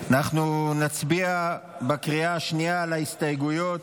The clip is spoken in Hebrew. אנחנו נצביע בקריאה השנייה על ההסתייגויות.